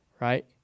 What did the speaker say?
Right